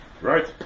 Right